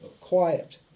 quiet